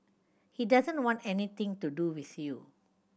he doesn't want anything to do with you